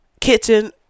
kitchen